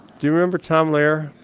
do you remember tom leherr?